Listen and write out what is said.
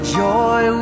joy